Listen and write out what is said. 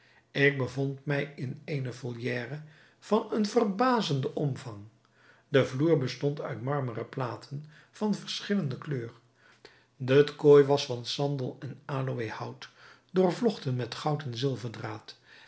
ik bevond mij in eene volière van een verbazenden omvang de vloer bestond uit marmeren platen van verschillende kleur de kooi was van sandel en aloëhout doorvlochten met goud en zilverdraad